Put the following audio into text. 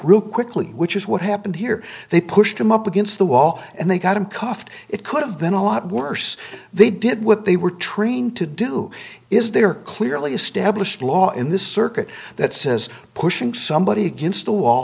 really quickly which is what happened here they pushed him up against the wall and they got him cuffed it could have been a lot worse they did what they were trained to do is they are clearly established law in this circuit that says pushing somebody against the wall